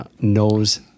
knows